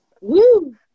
Woo